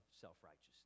self-righteousness